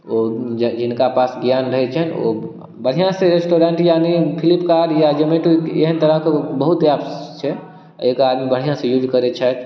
ओ या जिनका पास ज्ञान रहै छनि ओ बढ़िआँसँ रेस्टोरेन्ट यानी फ्लिपकार्ट या जोमैटो एहन तरहके बहुत एप्स छै एहिके आदमी बढ़िआँसँ यूज करै छथि